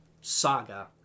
saga